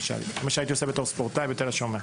זה מה שעשיתי בתור ספורטאי בתל השומר.